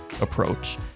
approach